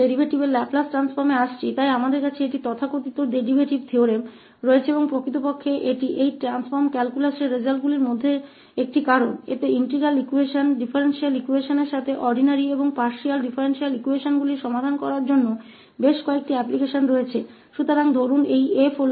derivative के Laplace परिवर्तन के लिए आ रहा है इसलिए हमारे पास यह तथाकथित डेरीवेटिव प्रमेय है और वास्तव में यह इस रूपांतरण कैलकुलस के परिणामों में से एक है क्योंकि इसमें इंटीग्रल एक्वेशन्स को हल करने के लिए कई अनुप्रयोग हैं जिसमें डिफ्रेंटिएल एक्वेशन्स शामिल हैं आर्डिनरी और पार्शियल डिफरेंशियल